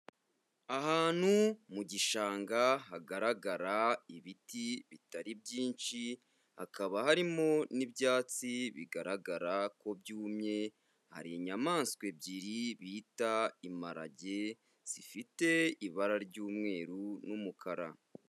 Ahantu mu gishanga hagaragara ibiti bitari byinshi, hakaba harimo n'ibyatsi bigaragara ko byumye, hari inyamanswa ebyiri bita imparage, zifite ibara ry'umweru n'umukara.